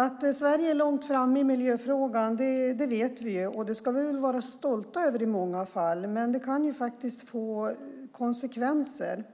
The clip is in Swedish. Att Sverige är långt framme i miljöfrågan vet vi ju. Det ska vi väl vara stolta över i många fall, men det kan faktiskt få konsekvenser.